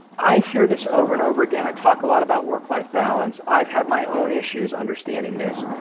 i hear this over and over again. i talk a lot about work-life balance. i've had my own issues understanding this.